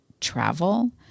travel